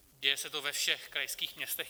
Děje se to ve všech krajských městech.